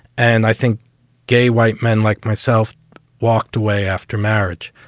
and i think gay white men like myself walked away after marriage.